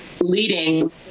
leading